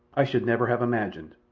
i should never have imagined.